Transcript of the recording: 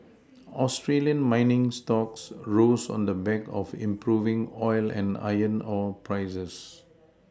Australian mining stocks rose on the back of improving oil and iron ore prices